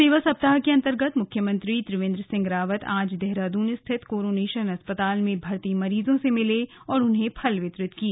सेवा सप्ताह के अंतर्गत मुख्यमंत्री त्रिवेन्द्र सिंह रावत आज देहरादून स्थित कोरोनेशन अस्पताल में भर्ती मरीजों से मिले और उन्हें फल वितरित किए